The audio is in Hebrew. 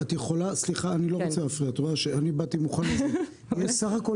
יש סך הכול